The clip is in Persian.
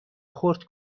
خرد